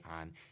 on